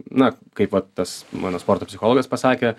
na kaip vat tas mano sporto psichologas pasakė